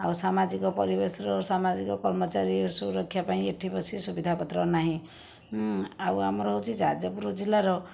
ଆଉ ସାମାଜିକ ପରିବେଶର ସାମାଜିକ କର୍ମଚାରୀ ସୁରକ୍ଷା ପାଇଁ ଏଠି ବେଶି ସୁବିଧାପତ୍ର ନାହିଁ ଆଉ ଆମର ହେଉଛି ଯାଜପୁର ଜିଲ୍ଲାର